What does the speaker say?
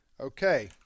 Okay